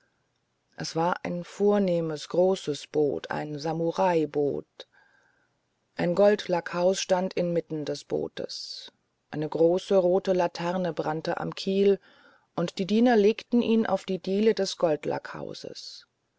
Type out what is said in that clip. es war ein vornehmes großes boot ein samuraiboot ein goldlackhaus stand inmitten des bootes eine große rote laterne brannte am kiel und die diener legten ihn auf die diele des